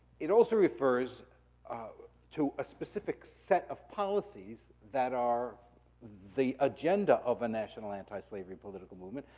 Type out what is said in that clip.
it also refers to a specific set of policies that are the agenda of a national antislavery political movement.